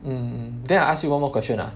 mm mm mm then I ask you one more question lah